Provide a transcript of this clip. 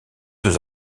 deux